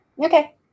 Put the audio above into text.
okay